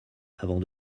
avant